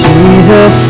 Jesus